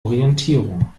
orientierung